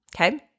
Okay